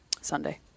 Sunday